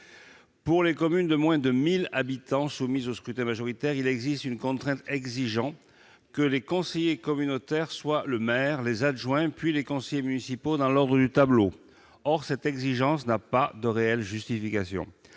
Pour les communes de moins de 1 000 habitants soumises au scrutin majoritaire, il existe une contrainte exigeant que les conseillers communautaires soient le maire, les adjoints, puis les conseillers municipaux dans l'ordre du tableau. Or cette exigence n'a pas de réelle justification.